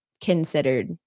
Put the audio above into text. considered